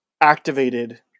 activated